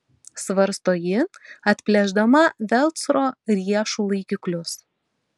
svarsto ji atplėšdama velcro riešų laikiklius